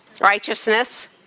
Righteousness